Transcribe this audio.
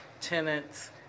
tenants